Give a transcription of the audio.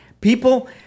People